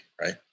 right